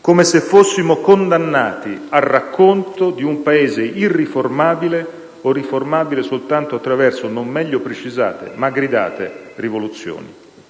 come se fossimo condannati al racconto di un Paese irriformabile o riformabile soltanto attraverso non meglio precisate, ma gridate, rivoluzioni.